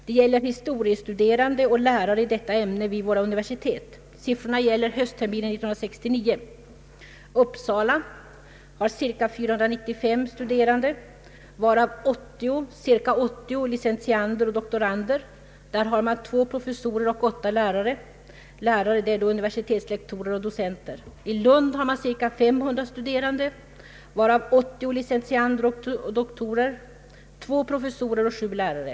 Det gäller historiestuderande och lärare i detta ämne vid våra universitet. Siffrorna gäller höstterminen 1969. Uppsala har cirka 4935 studerande varav cirka 80 licentiander och doktorander samt två professorer och åtta lärare . I Lund har man cirka 500 studerande varav 80 licentiander och doktorander samt två professorer och sju lärare.